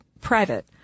private